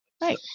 Right